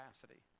capacity